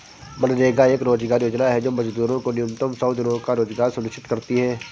मनरेगा एक रोजगार योजना है जो मजदूरों को न्यूनतम सौ दिनों का रोजगार सुनिश्चित करती है